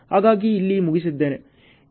ಹಾಗಾಗಿ ಇಲ್ಲಿ ಮುಗಿಸಿದ್ದೇನೆ